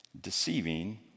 deceiving